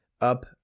up